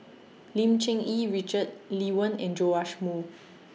Lim Cherng Yih Richard Lee Wen and Joash Moo